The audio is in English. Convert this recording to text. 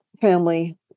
family